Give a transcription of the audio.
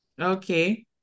Okay